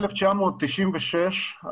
ב-1996,